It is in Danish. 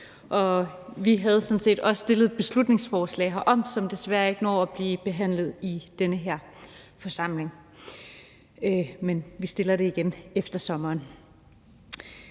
sådan set også fremsat et beslutningsforslag herom, som desværre ikke når at blive behandlet i den her samling. Men vi fremsætter det igen efter sommeren.